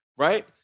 Right